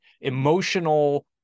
emotional